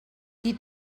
qui